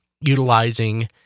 utilizing